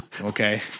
okay